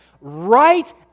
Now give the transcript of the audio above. right